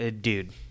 dude